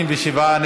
37,